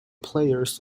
players